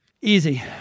Easy